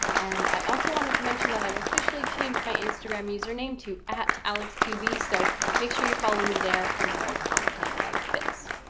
and i also wanted to mention that i've officially changed my instagram username to add to alex tb, so make sure you follow me there. for more content like this,